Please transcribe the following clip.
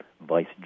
Vice